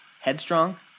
headstrong